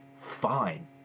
fine